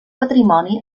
patrimoni